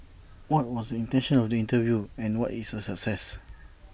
what was intention of the interview and was IT A success